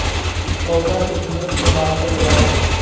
पौधा के घनत्व के मापल जाला